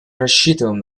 рассчитываем